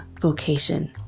vocation